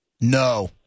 No